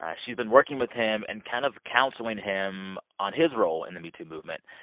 yeah she's been working with him and kind of counseling him on his role in the metoo movement.